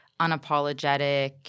unapologetic